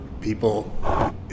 people